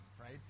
right